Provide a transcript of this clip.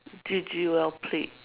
G_G well played